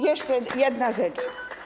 Jeszcze jedna rzecz.